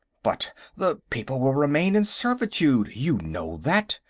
but the people will remain in servitude, you know that.